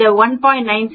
இந்த 1